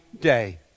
day